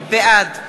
בעד